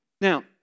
Now